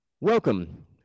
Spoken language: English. welcome